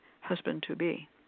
husband-to-be